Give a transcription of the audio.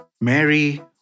Mary